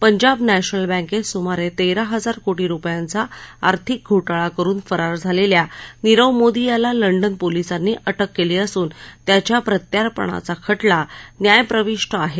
Punjab national बँकेत सुमारे तेरा हजार कोटी रुपयांचा आर्थिक घोटाळा करून फरार झालेल्या नीरव मोदी याला लंडन पोलिसांनी अटक केली असून त्याच्या प्रत्यार्पणाचा खटला न्यायप्रविष्ट आहे